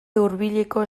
hurbileko